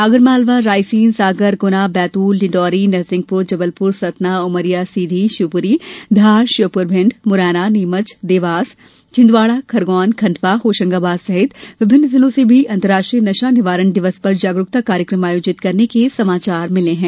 आगरमालवा रायसेन सागर गुना बैतूल डिण्डौरी नरसिंहपुर जबलपुर सतना उमरिया सीधी शिवपुरी धार श्योपुर भिण्ड मुरैना नीमच देवास छिंदवाड़ा खंडवा खरगोन होशंगाबाद सहित विभिन्न जिलों से भी अंतर्राष्ट्रीय नशा निवारण दिवस पर जागरूकता कार्यक्रम आयोजित करने के समाचार मिले हैं